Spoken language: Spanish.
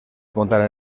contar